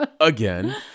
again